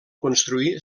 construir